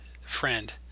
friend